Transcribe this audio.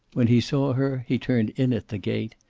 when he saw her he turned in at the gate,